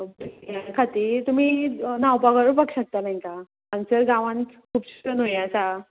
खातीर तुमी न्हांवपाक रोवपाक शकता तांकां हांगासर गांवांत खुबश्यो न्हंयो आसा